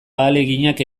ahaleginak